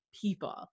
people